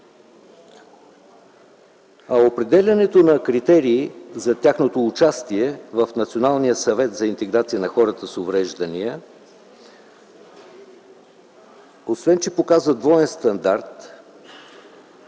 Определянето на критерии за тяхното участие в Националния съвет за интеграция на хората с увреждания, освен че показа двоен стандарт,